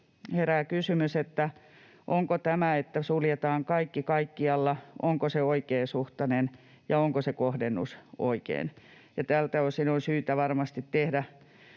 herää kysymys, onko tämä, että suljetaan kaikki kaikkialla, oikeasuhtainen toimi ja onko se kohdennus oikein, ja tältä osin on syytä varmasti tehdä